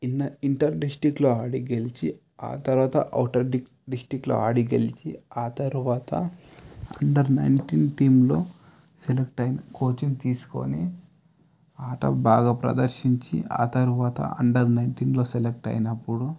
inner inter డిస్టిక్లో అడి గెలిచి ఆ తర్వాత ఔటర్ డిస్టిక్లో ఆడి గెలిచి ఆ తర్వాత అండర్ నైన్టీన్ టీంలో సెలెక్ట్ అయి కోచింగ్ తీసుకొని ఆట బాగా ప్రదర్శించి ఆ తర్వాత అండర్ నైన్టీన్లో సెలెక్ట్ అయినప్పుడు